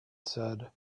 said